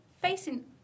facing